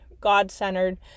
God-centered